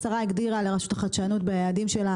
השרה הגדירה לרשות החדשנות ביעדים שלה